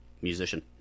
musician